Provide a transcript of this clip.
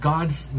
God's